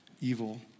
evil